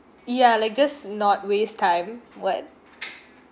ya like just not waste time what